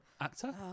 actor